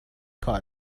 کار